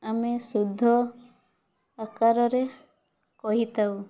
ଆମେ ଶୁଦ୍ଧ ଆକାରରେ କହି ଥାଉ